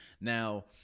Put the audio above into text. now